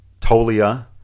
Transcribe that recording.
Tolia